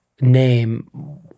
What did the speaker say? name